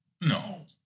no